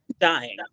Dying